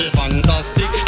fantastic